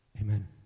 amen